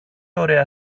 ωραία